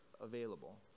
available